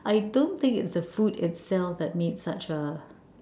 I don't think it's the food itself that made such a